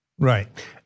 Right